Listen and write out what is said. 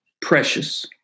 precious